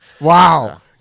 Wow